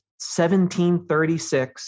1736